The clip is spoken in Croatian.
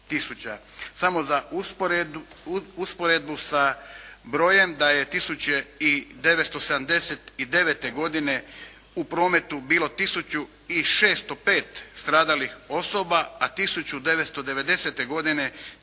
Samo za usporedbu sa brojem da je 1979. godine u prometu bilo tisuću i 605 stradalih osoba a 1990. godine